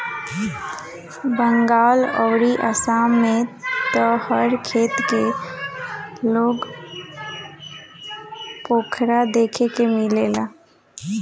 बंगाल अउरी आसाम में त हर खेत के लगे पोखरा देखे के मिलेला